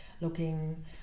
looking